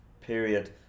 period